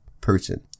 person